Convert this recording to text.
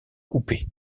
coupés